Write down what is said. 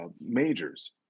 majors